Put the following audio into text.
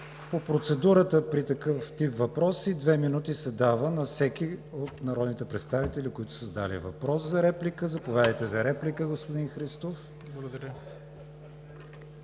По процедурата при такъв тип въпроси две минути се дават на всеки от народните представители, които са задали въпрос, за реплика. За реплика – заповядайте, господин Христов. ИВО